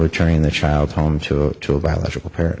returning the child home to a to a biological parent